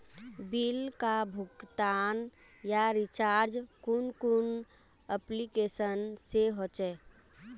Bill का भुगतान या रिचार्ज कुन कुन एप्लिकेशन से होचे?